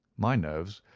my nerves,